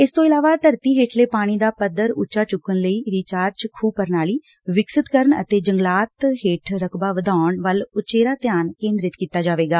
ਇਸ ਤੋ ਇਲਾਵਾ ਧਰਤੀ ਹੇਠਲੇ ਪਾਣੀ ਦਾ ਪੱਧਰ ਉੱਚਾ ਚੁੱਕਣ ਲਈ ਰੀਚਾਰਜ ਖੂਹ ਪ੍ਰਣਾਲੀ ਵਿਕਸਿਤ ਕਰਨ ਅਤੇ ਜੰਗਲਾਤ ਹੇਠ ਰਕਬਾ ਵਧਾਉਣ ਵੱਲ ਉਚੇਚਾ ਧਿਆਨ ਕੇਂਦਰਤ ਕੀਤਾ ਜਾਵੇਗਾ